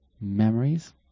memories